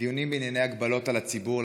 דיונים בענייני הגבלות על הציבור,